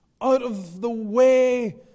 out-of-the-way